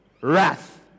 wrath